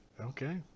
Okay